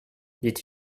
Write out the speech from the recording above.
dit